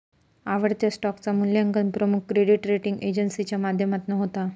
आवडत्या स्टॉकचा मुल्यांकन प्रमुख क्रेडीट रेटींग एजेंसीच्या माध्यमातना होता